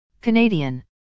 Canadian